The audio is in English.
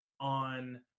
on